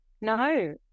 No